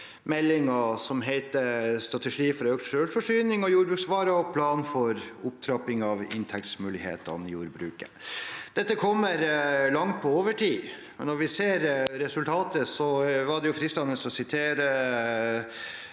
meldingen som heter «Strategi for auka sjølvforsyning av jordbruksvarer og plan for opptrapping av inntektsmoglegheitene i jordbruket». Dette kommer langt på overtid, men når vi ser resultatet, er det fristende å sitere